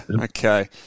Okay